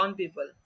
people